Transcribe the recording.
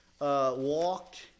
walked